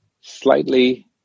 slightly